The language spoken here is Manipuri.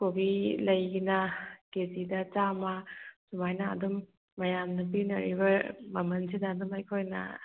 ꯀꯣꯕꯤ ꯂꯩꯒꯤꯅ ꯀꯦꯖꯤꯗ ꯆꯥꯃ ꯑꯗꯨꯃꯥꯏꯅ ꯑꯗꯨꯝ ꯃꯌꯥꯝꯅ ꯄꯤꯅꯔꯤꯕ ꯃꯃꯜꯁꯤꯗ ꯑꯗꯨꯝ ꯑꯩꯈꯣꯏꯅ